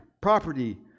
property